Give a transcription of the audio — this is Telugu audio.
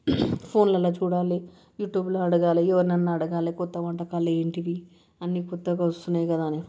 ఫోన్లలో చూడాలి యూట్యూబ్లో అడగాలి ఎవరినైన్నా అడగాలి కొత్త వంటకాలు ఏంటి అన్ని కొత్తగా వస్తున్నాయి కదా అని